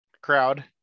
crowd